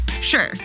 sure